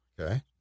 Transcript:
Okay